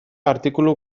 artikulu